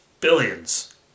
Billions